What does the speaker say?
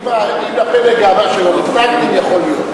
אני מהפלג, יכול להיות.